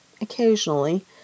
occasionally